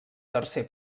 tercer